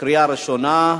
קריאה ראשונה.